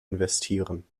investieren